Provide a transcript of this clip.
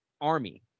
army